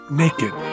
naked